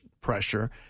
pressure